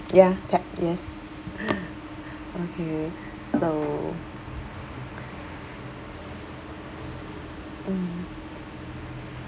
ya packed yes okay so mm